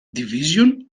division